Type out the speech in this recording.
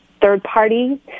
third-party